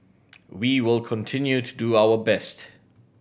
we will continue to do our best